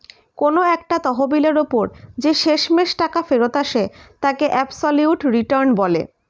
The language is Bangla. কোন একটা তহবিলের ওপর যে শেষমেষ টাকা ফেরত আসে তাকে অ্যাবসলিউট রিটার্ন বলে